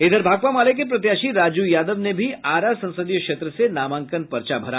इधर भाकपा माले के प्रत्याशी राजू यादव ने भी आरा संसदीय क्षेत्र से नामांकन पर्चा भरा